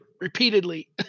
repeatedly